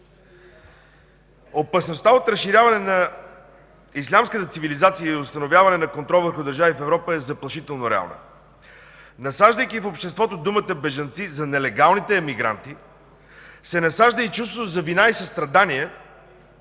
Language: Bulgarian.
Опасността от разширяване на ислямската цивилизация и установяване на контрол върху държави в Европа е заплашително реална. Насаждайки в обществото думата „бежанци” за нелегалните имигранти, се насажда и чувството за вина и състрадание